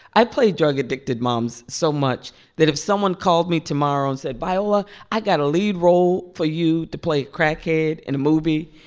i play drug-addicted moms so much that if someone called me tomorrow and said, viola, i got a lead role for you to play a crackhead in a movie.